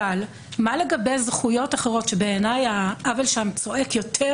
אבל מה לגבי זכויות אחרות שבעיניי העוול שם צועק יותר,